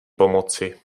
pomoci